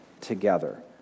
together